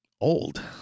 old